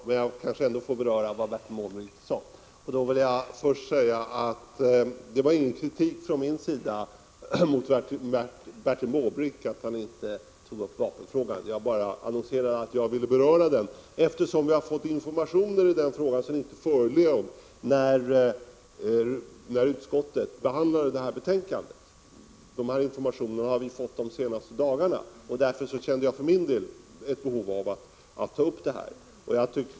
Herr talman! Jag skall något beröra det som Bertil Måbrink tog upp. Det var inte någon kritik från min sida mot Bertil Måbrink för att han inte tog upp vapenfrågan. Jag annonserade bara att jag ville beröra den, eftersom vi nu i frågan har fått informationer som inte förelåg när ärendet behandlades i utskottet. Dessa informationer har vi fått de senaste dagarna, varför jag för min del kände behov att ta upp frågan.